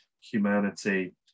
humanity